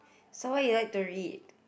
so why you like to read